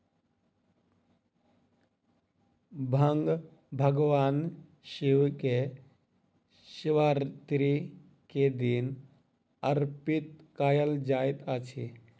भांग भगवान शिव के शिवरात्रि के दिन अर्पित कयल जाइत अछि